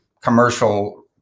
commercial